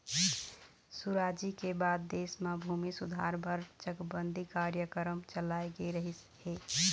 सुराजी के बाद देश म भूमि सुधार बर चकबंदी कार्यकरम चलाए गे रहिस हे